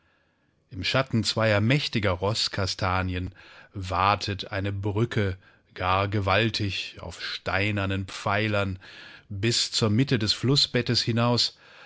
im schatten zweier mächtiger roßkastanien watet eine brücke gar gewaltig auf steinernen pfeilern bis zur mitte des flußbettes hinaus